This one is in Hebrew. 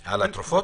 הבריאות,